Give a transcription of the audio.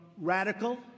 radical